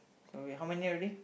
so wait how many already